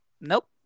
nope